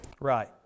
Right